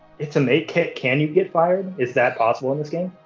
it's a make kick, can you get fired? is that possible in this game?